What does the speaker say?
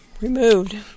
removed